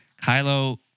Kylo